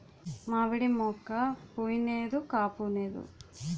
మావిడి మోక్క పుయ్ నేదు కాపూనేదు